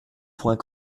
point